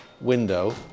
window